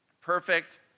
Perfect